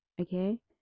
okay